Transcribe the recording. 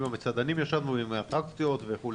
עם המסעדנים ישבנו, עם אטרקציות וכו'.